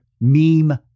meme